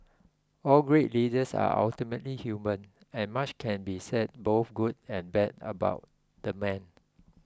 all great leaders are ultimately human and much can be said both good and bad about the man